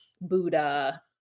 buddha